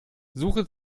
suche